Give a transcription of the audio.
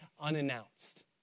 unannounced